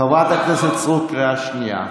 חברת הכנסת סטרוק, קריאה שנייה.